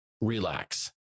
Relax